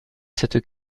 cette